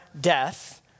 death